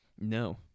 No